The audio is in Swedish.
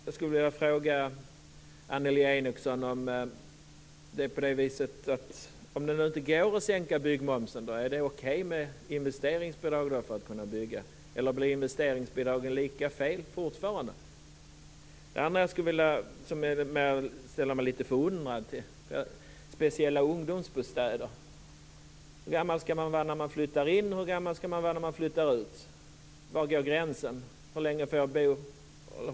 Jag ställer mig lite undrande till förslaget om speciella ungdomsbostäder. Hur gammal ska man vara när man flyttar in, och hur gammal ska man vara när man flyttar ut? Var går gränsen? Hur länge får man bo där?